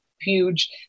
huge